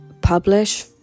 publish